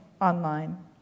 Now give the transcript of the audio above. online